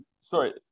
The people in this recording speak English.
sorry